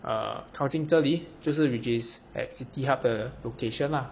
err 靠近这里就是 which is at city hub 的 location lah